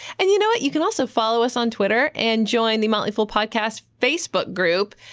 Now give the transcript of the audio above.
and you know what? you can also follow us on twitter and join the motley fool podcast facebook group.